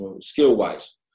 skill-wise